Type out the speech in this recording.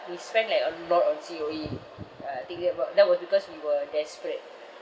we spent like a lot on C_O_E uh I think that about that was because we were desperate